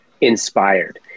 inspired